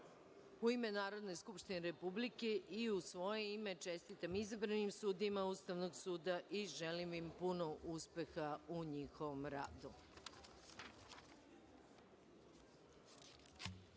ime Narodne skupštine Republike i u svoje ime čestitam izabranim sudijama Ustavnog suda i želim im puno uspeha u njihovom